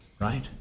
right